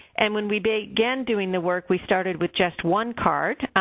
and when we began doing the work, we started with just one card.